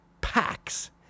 packs